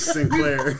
Sinclair